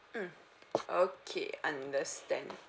mm okay understand